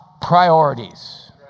priorities